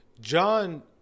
John